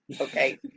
okay